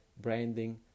branding